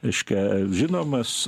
reiškia žinomas